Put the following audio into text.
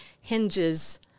hinges